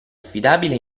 affidabile